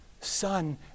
Son